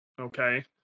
Okay